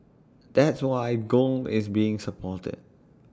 that's why gold is being supported